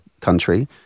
country